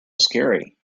scary